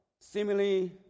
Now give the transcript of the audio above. seemingly